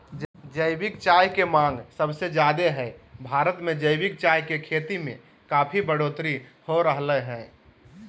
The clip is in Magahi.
जैविक चाय के मांग सबसे ज्यादे हई, भारत मे जैविक चाय के खेती में काफी बढ़ोतरी हो रहल हई